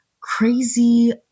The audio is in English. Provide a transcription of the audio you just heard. crazy